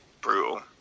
brutal